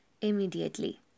immediately